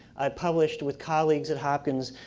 i published with colleagues at hopkins